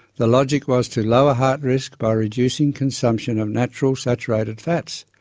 the logic was to lower heart risk by reducing consumption of natural saturated fats.